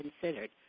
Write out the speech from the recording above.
considered